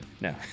no